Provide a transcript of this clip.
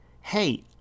hey